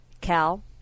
Cal